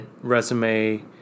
resume